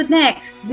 next